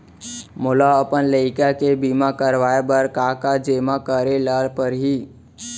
मोला अपन लइका के बीमा करवाए बर का का जेमा करे ल परही?